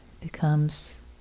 becomes